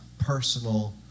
personal